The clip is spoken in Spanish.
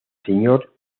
señor